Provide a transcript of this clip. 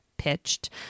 pitched